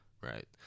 Right